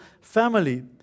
family